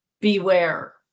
beware